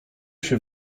się